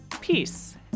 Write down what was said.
peace